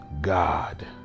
God